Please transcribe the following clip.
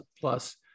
plus